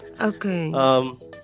Okay